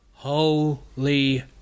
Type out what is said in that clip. Holy